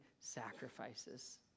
sacrifices